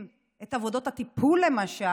אלו שעושים את עבודות הטיפול למשל,